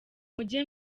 mujye